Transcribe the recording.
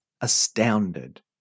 astounded